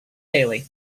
daily